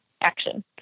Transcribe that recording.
action